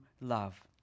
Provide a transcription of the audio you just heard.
love